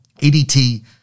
ADT